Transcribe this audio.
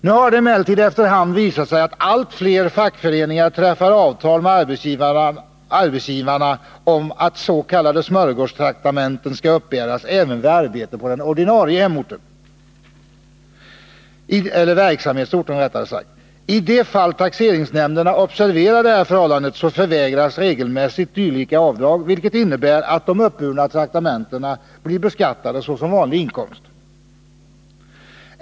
Nu har det emellertid efter hand visat sig att allt fler fackföreningar träffar avtal med arbetsgivarna om att s.k. smörgåstraktamenten skall uppbäras även vid arbete på den ordinarie verksamhetsorten. I de fall taxeringsnämnderna observerar detta förhållande nekar de regelmässigt samtycke till sådana avdrag, vilket innebär att de uppburna traktamentena blir beskattade som vanlig inkomst.